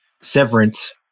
severance